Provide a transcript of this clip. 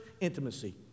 Intimacy